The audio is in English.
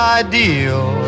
ideal